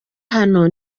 hano